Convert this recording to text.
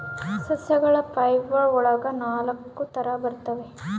ಸಸ್ಯಗಳ ಫೈಬರ್ ಒಳಗ ನಾಲಕ್ಕು ತರ ಬರ್ತವೆ